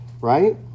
Right